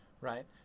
right